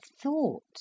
thought